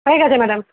হয়ে গেছে ম্যাডাম